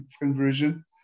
conversion